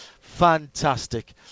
fantastic